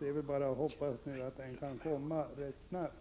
Vi hoppas nu bara att den utredningen kommer rätt snabbt.